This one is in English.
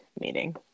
meeting